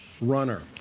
runner